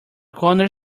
corner